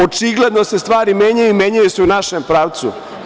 Očigledno se stvari menjaju i menjaju se u našem pravcu.